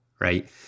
Right